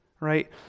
Right